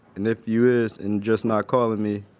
and if you is, and just not calling me,